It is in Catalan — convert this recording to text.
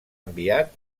enviat